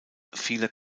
vieler